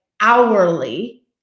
hourly